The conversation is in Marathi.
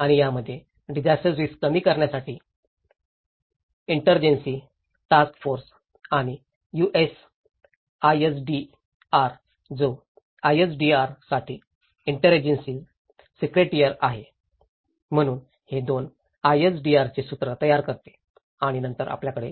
आणि ज्यामध्ये डिजास्टर रिस्क कमी करण्यासाठी इंटरजेन्सी टास्क फोर्स आणि यूएस आयएसडीआर जो आयएसडीआर साठी इंटरेन्सीसी सेक्रेटरिअल आहे म्हणूनच हे 2 आयएसडीआर चे सूत्र तयार करते आणि नंतर आपल्याकडे